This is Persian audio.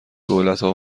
دولتها